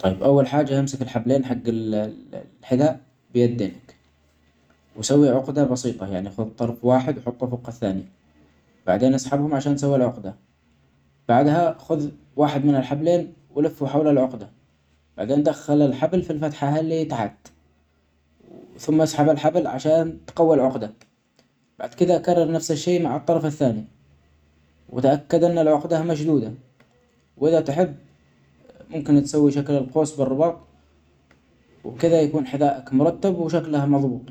طيب اول حاجة امسك الحبلين حج ال -ال الحذاء بيديك وسوي عقدة بسيطة ،يعني حط طرف واحد حطه فوق الثاني ،بعدين اسحبهم عشان تسوي العقدة ،بعدها خذ واحد من الحبلين ولفه حول العقدة بعدين دخل الحبل في الفتحة هللي تحت و ثم اسحب الحبل عشان تقوي العقدة .بعد كده كرر نفس الشئ مع الطرف الثاني ،وتأكد أن العقدة مشدودة ،واذا تحب ممكن تسوي شكل القوس بالرباط وبكده يكون حذاءك مرتب وشكله مظبوط.